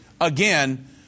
Again